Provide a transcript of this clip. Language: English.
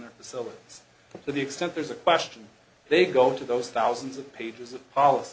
their facilities to the extent there's a question they go to those thousands of pages of policy